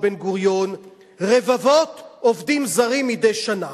בן-גוריון רבבות עובדים זרים מדי שנה.